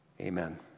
Amen